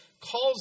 calls